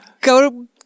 go